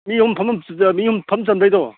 ꯃꯤ ꯑꯍꯨꯝ ꯐꯝ ꯆꯟꯗꯣꯏꯗꯣ